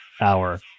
hour